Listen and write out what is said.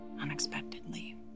unexpectedly